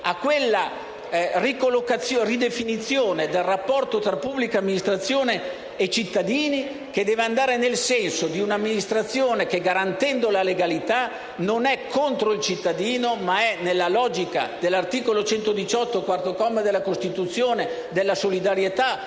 a quella ridefinizione del rapporto tra pubblica amministrazione e cittadini, che deve andare nel senso di un'amministrazione che, garantendo la legalità, non è contro il cittadino, ma è nella logica dell'articolo 118, quarto comma, della Costituzione, della solidarietà